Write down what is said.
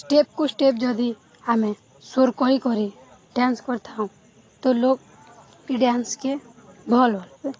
ଷ୍ଟେପ୍କୁ step ଯଦି ଆମେ ସ୍ୱର କରି କରି ଡ୍ୟାନ୍ସ କରିଥାଉ ତ ଲୋକ୍ ଇ ଡ୍ୟାନ୍ସକେ ଭଲ୍ ଭ